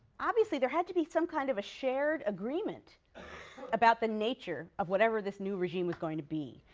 obviously there had to be some kind of a shared agreement about the nature of whatever this new regime was going to be,